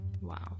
Wow